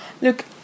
Look